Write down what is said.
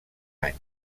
anys